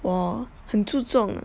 我很注重